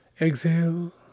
Exhale